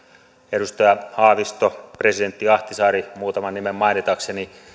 edustaja haavisto presidentti ahtisaari muutaman nimen mainitakseni